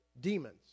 demons